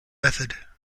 method